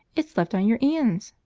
it's left on your ands!